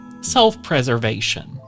self-preservation